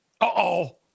Uh-oh